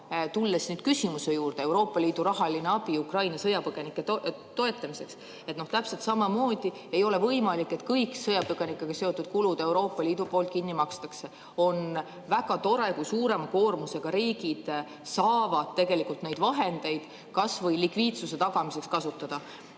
tulles nüüd küsimuse juurde – Euroopa Liidu rahaline abi Ukraina sõjapõgenike toetamiseks –, täpselt samamoodi ei ole võimalik, et kõik sõjapõgenikega seotud kulud Euroopa Liidu poolt kinni makstakse. On väga tore, kui suurema koormusega riigid saavad tegelikult neid vahendeid kas või likviidsuse tagamiseks kasutada.